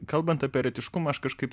kalbant apie eretiškumą aš kažkaip taip